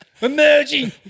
Emerging